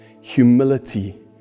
humility